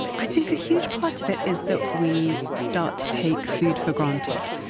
i think a huge part of it is that we start to take food for granted.